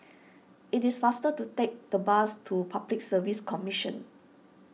it is faster to take the bus to Public Service Commission